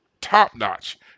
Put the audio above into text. top-notch